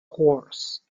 horse